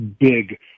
big